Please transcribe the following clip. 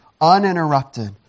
uninterrupted